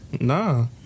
Nah